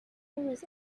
was